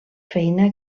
feina